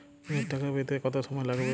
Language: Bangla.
ঋণের টাকা পেতে কত সময় লাগবে?